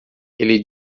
ele